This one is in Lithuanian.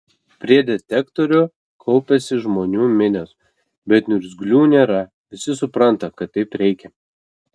prie detektorių kaupiasi žmonių minios bet niurzglių nėra visi supranta kad taip reikia